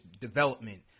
development